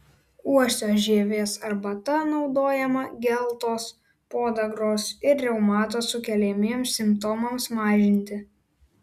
uosio žievės arbata naudojama geltos podagros ir reumato sukeliamiems simptomams mažinti